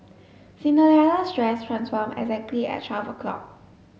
Cinderella's dress transformed exactly at twelve o'clock